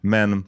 Men